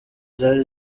zari